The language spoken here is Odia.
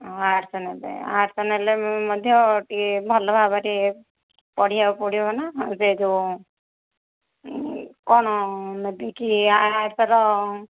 ହଁ ଆର୍ଟ୍ସ ନେବେ ଆର୍ଟ୍ସ ନେଲେ ମୁଁ ମଧ୍ୟ ଟିକେ ଭଲ ଭାବରେ ପଢ଼ିବାକୁ ପଡ଼ିବ ନା ସେ ଯେଉଁ କଣ ନେବେ କି ଆର୍ଟ୍ସର ଇ